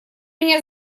меня